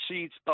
sheets